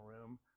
room